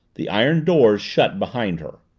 the iron doors shut behind her.